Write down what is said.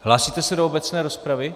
Hlásíte se do obecné rozpravy?